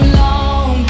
long